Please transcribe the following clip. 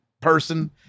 person